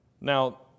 Now